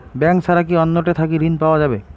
Bank ছাড়া কি অন্য টে থাকি ঋণ পাওয়া যাবে?